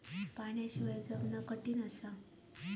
पाण्याशिवाय जगना कठीन हा